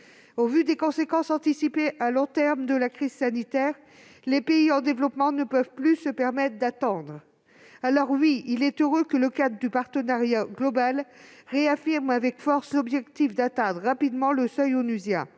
Au regard des conséquences à long terme de la crise sanitaire que nous pouvons anticiper, les pays en développement ne peuvent plus se permettre d'attendre. Oui, il est heureux que le cadre de partenariat global réaffirme avec force l'objectif d'atteindre rapidement le seuil onusien,